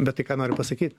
bet tai ką nori pasakyt